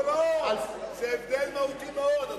זה הבדל מהותי מאוד.